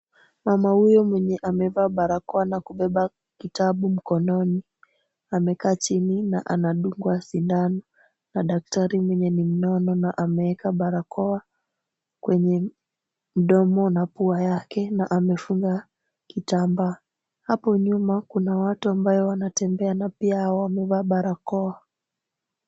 Mama huyu mwenye amevaa barakoa na kubeba kitabu mkononi, amekaa chini na anadungwa sindano na daktari mwenye ni mnono na ameeka barakoa kwenye mdomo na pua yake na amefunga kitambaa. Hapo nyuma kuna watu ambayo wanatembea na pia hao wamevaa barakoa.